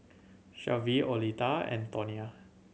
Shelvie Oleta and Tonia